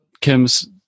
Kim's